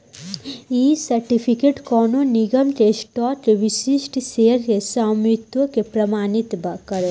इ सर्टिफिकेट कवनो निगम के स्टॉक के विशिष्ट शेयर के स्वामित्व के प्रमाणित करेला